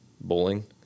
Bowling